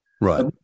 Right